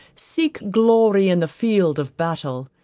seek glory in the field of battle.